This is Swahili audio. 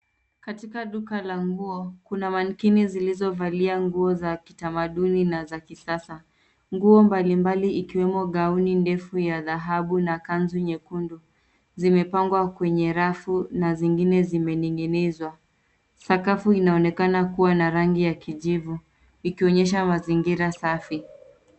Katika duka la nguo, kuna manikini zilizovalia nguo za kitamaduni na za kisasa. Nguo mbalimbali ikiwemo gauni ndefu ya dhahabu na kanzu nyekundu, zimepangwa kwenye rafu, na zingine zimening'inizwa. Sakafu inaonekana kuwa na rangi ya kijivu ikionyesha mazingira safi.